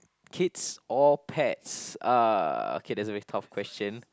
kids or pets uh okay that's a very tough question